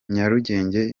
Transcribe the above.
nyarugenge